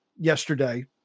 yesterday